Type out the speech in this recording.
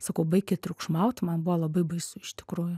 sakau baikit triukšmaut man buvo labai baisu iš tikrųjų